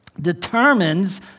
determines